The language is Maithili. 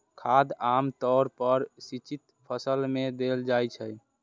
खाद आम तौर पर सिंचित फसल मे देल जाइत छै